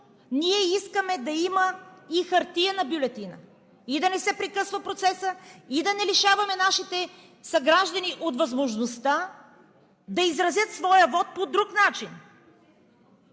ние искаме да има и хартиена бюлетина – и да не се прекъсва процесът, и да не лишаваме нашите съграждани от възможността да изразят своя вот по друг начин!